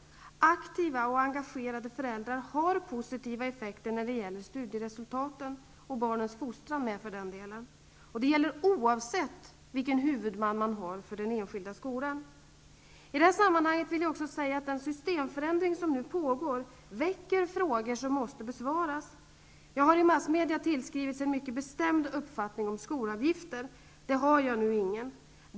Aktiva och engagerade föräldrar har positiva effekter när det gäller studieresultaten -- och även när det gäller barnens fostran. Det gäller oavsett vem som är huvudman för den enskilda skolan. I det här sammanhanget vill jag också säga att den systemförändring som nu pågår väcker frågor som måste besvaras. Jag har i massmedia tillskrivits en mycket bestämd uppfattning om skolavgifter. Det har jag ingen.